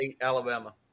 Alabama